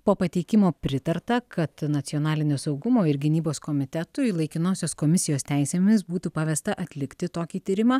po pateikimo pritarta kad nacionalinio saugumo ir gynybos komitetui laikinosios komisijos teisėmis būtų pavesta atlikti tokį tyrimą